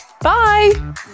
Bye